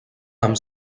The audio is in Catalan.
amb